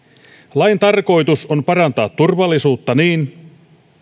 lain tarkoitus on parantaa turvallisuutta niin